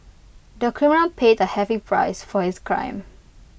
the criminal paid A heavy price for his crime